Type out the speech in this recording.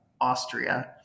Austria